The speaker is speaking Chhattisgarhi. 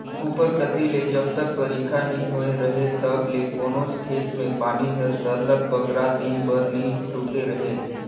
उपर कती ले जब तक बरिखा नी होए रहें तब ले कोनोच खेत में पानी हर सरलग बगरा दिन बर नी रूके रहे